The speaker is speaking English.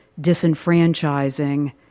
disenfranchising